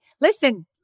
listen